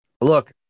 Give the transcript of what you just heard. look